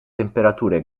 temperature